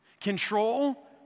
control